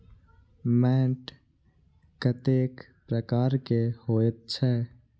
मैंट कतेक प्रकार के होयत छै?